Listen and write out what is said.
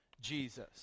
Jesus